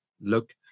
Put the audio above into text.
look